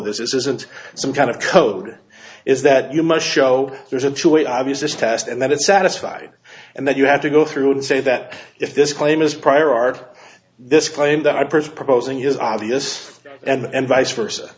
this isn't some kind of code is that you must show there's an obvious this test and that it satisfied and then you have to go through and say that if this claim is prior art this claim that i pursed proposing is obvious and vice versa